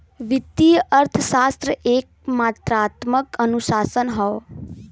वित्तीय अर्थशास्त्र एक मात्रात्मक अनुशासन हौ